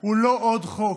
הוא לא עוד חוק.